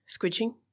squidging